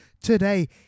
today